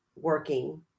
working